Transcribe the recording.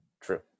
true